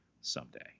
someday